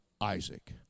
Isaac